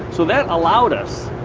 so that allowed us,